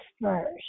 first